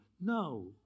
No